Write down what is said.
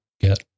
get